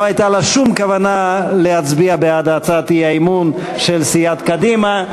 הייתה לה שום כוונה להצביע בעד הצעת האי-אמון של סיעת קדימה.